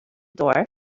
door